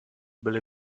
byly